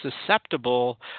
susceptible